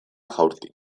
jaurti